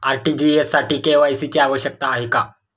RTGS साठी KYC ची आवश्यकता आहे का?